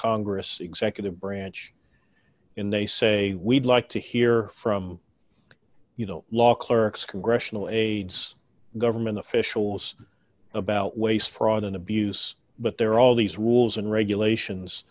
congress executive branch in they say we'd like to hear from you know law clerks congressional aides government officials about waste fraud and abuse but there are all these rules and regulations